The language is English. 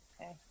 Okay